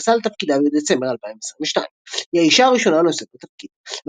ונכנסה לתפקידה בדצמבר 2022. היא האישה הראשונה הנושאת בתפקיד.